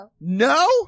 No